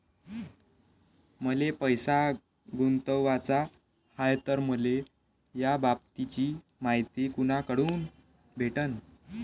मले पैसा गुंतवाचा हाय तर मले याबाबतीची मायती कुनाकडून भेटन?